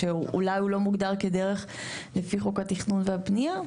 שאולי הוא לא מוגדר כדרך לפי חוק התכנון והבנייה,